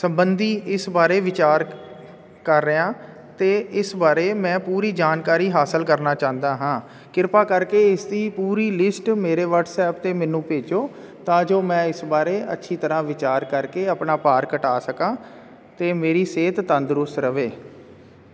ਸੰਬੰਧੀ ਇਸ ਬਾਰੇ ਵਿਚਾਰ ਕਰ ਰਿਹਾਂ ਅਤੇ ਇਸ ਬਾਰੇ ਮੈਂ ਪੂਰੀ ਜਾਣਕਾਰੀ ਹਾਸਲ ਕਰਨਾ ਚਾਂਦਾ ਹਾਂ ਕਿਰਪਾ ਕਰਕੇ ਇਸ ਦੀ ਪੂਰੀ ਲਿਸਟ ਮੇਰੇ ਵਟਸਐਪ 'ਤੇ ਮੈਨੂੰ ਭੇਜੋ ਤਾਂ ਜੋ ਮੈਂ ਇਸ ਬਾਰੇ ਅੱਛੀ ਤਰ੍ਹਾਂ ਵਿਚਾਰ ਕਰਕੇ ਆਪਣਾ ਭਾਰ ਘਟਾ ਸਕਾਂ ਅਤੇ ਮੇਰੀ ਸਿਹਤ ਤੰਦਰੁਸਤ ਰਵੇ